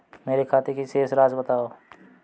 मेरे खाते की शेष राशि बताओ?